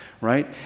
right